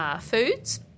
foods